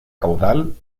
caudal